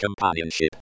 companionship